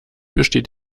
besteht